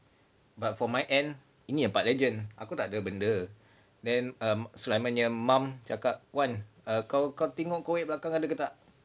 but for my end ini tempat legend aku tak ada benda then um sulaiman punya mum cakap wan err kau tengok kau belakang ada ke tak